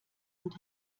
und